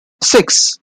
six